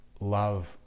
love